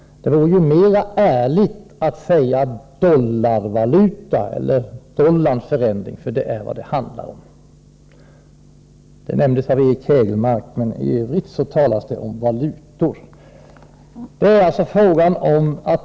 Det vore mera ärligt att tala om ”dollarvaluta” och om dollarns förändring, för det är vad det handlar om. Eric Hägelmark nämnde dollarvalutan, men i övrigt har det talats om ”valutor”.